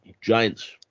Giants